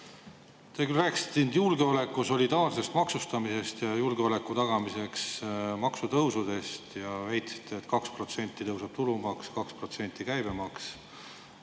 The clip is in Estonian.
rääkisite julgeoleku solidaarsest maksustamisest ja julgeoleku tagamiseks mõeldud maksutõusudest ja väitsite, et 2% tõuseb tulumaks ning 2% käibemaks.